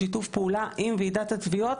בשיתוף פעולה עם ועידת התביעות,